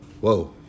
Whoa